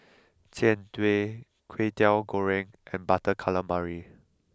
Jian Dui Kway Teow Goreng and Butter Calamari